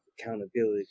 accountability